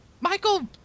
Michael